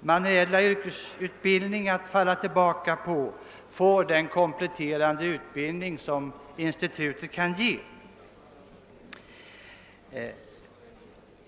manuella yrkesutbildning att falla tillbaka på, får den kompletterande utbildning som institutet kan ge.